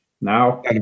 Now